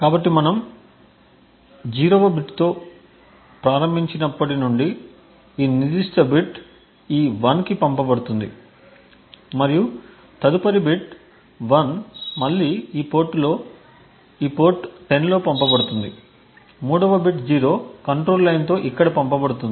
కాబట్టి మనం 0 వ బిట్తో ప్రారంభించినప్పటి నుండి ఈ నిర్దిష్ట బిట్ ఈ 1 కి పంపబడుతుంది మరియు తదుపరి బిట్ 1 మళ్ళీ ఈ పోర్ట్ 10 లో పంపబడుతుంది 3 వ బిట్ 0 కంట్రోల్ లైన్తో ఇక్కడ పంపబడుతుంది